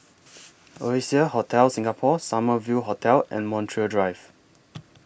Oasia Hotel Singapore Summer View Hotel and Montreal Drive